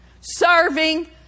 Serving